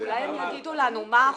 אולי הם יגידו לנו מה האחוזים?